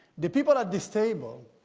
the people at this table